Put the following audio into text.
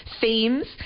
themes